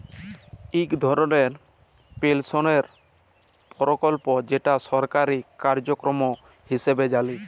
ইক ধরলের পেলশলের পরকল্প যেট সরকারি কার্যক্রম হিঁসাবে জালি